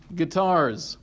guitars